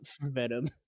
Venom